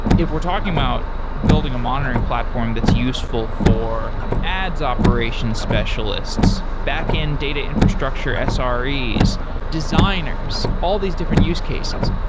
if we're talking about building a monitoring platform that's useful for ads operation specialists, back-end data infrastructure ah sres, designers, all these different use cases,